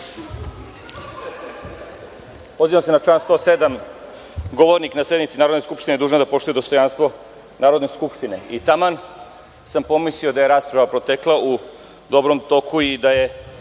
Pozivam se na član 107. – govornik na sednici Narodne skupštine je dužan da poštuje dostojanstvo Narodne skupštine. Taman sam pomislio da je rasprava potekla u dobrom toku i da je